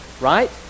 right